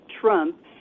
Trump